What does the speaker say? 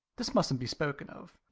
this mustn't be spoken of.